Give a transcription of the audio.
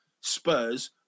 Spurs